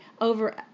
over